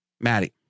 Maddie